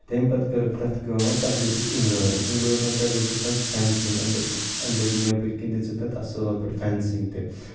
تٔمۍ پَتہٕ کٔرٕکھ تَتھ کٲم تَتھ دِتِکھ اِنٛگلٲرٕن اِنٛگلٲرنو پٮ۪ٹھ دِژٕکھ تَتھ فٮ۪نسِنٛگ أنٛدٕرۍ کِنۍ أنٛدٕرۍ نٮ۪بٕرۍ کِنۍ دِژٕکھ تَتھ اَصٕل پٲٹھۍ فٮ۪نسِنٛگ تہِ